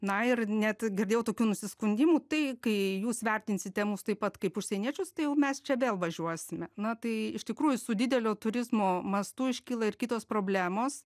na ir net girdėjau tokių nusiskundimų tai kai jūs vertinsite mus taip pat kaip užsieniečius tai jau mes čia vėl važiuosime na tai iš tikrųjų su didelio turizmo mastų iškyla ir kitos problemos